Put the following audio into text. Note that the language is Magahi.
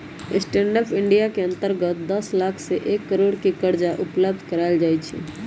स्टैंड अप इंडिया के अंतर्गत दस लाख से एक करोड़ के करजा उपलब्ध करायल जाइ छइ